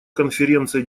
конференция